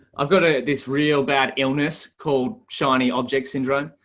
i've got this real bad illness called shiny object syndrome.